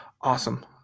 Awesome